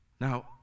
Now